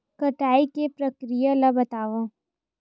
कटाई के प्रक्रिया ला बतावव?